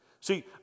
See